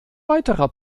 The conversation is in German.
weiterer